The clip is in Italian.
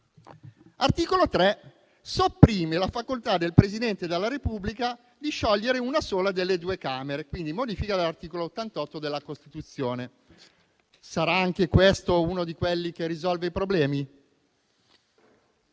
L'articolo 3 sopprime la facoltà del Presidente della Repubblica di sciogliere una sola delle due Camere, quindi modifica l'articolo 88 della Costituzione. Sarà anche questo uno di quelli che risolvono i problemi?